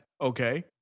okay